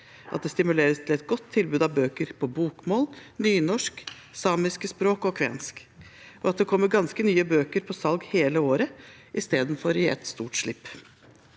at det stimuleres til et godt tilbud av bøker på bokmål, nynorsk, samiske språk og kvensk, og at det kommer ganske mye bøker på salg hele året i stedet for i ett stort slipp.